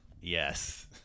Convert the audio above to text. Yes